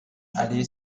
aller